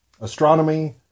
astronomy